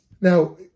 now